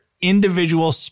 individual